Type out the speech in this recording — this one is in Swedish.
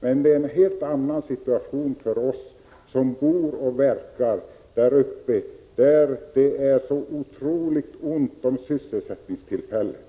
Men det är en helt annan situation för oss som bor och verkar där uppe, där det är så otroligt ont om sysselsättningstillfällen.